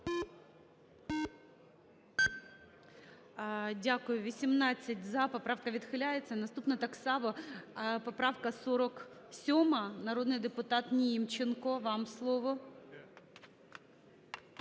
Дякую. 18 – за, поправка відхиляється. Наступна так само. Поправка 47-а. Народний депутат Німченко, вам слово.